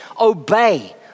obey